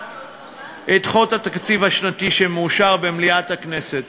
את חוק התקציב השנתי שמאושר במליאת הכנסת,